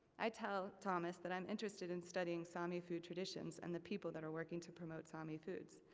i tell thomas that i'm interested in studying sami food traditions, and the people that are working to promote sami foods.